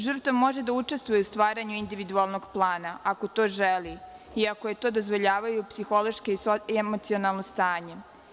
Žrtva može da učestvuje u stvaranju individualnog plana, ako to želi i ako joj to dozvoljava psihološko i emocionalno stanje.